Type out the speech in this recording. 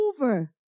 over